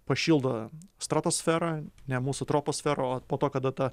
pašildo stratosferą ne mūsų troposferą o po to kada ta